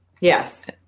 Yes